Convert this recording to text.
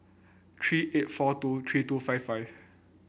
three eight four two three two five five